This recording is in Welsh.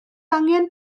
angen